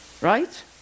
Right